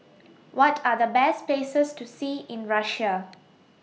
What Are The Best Places to See in Russia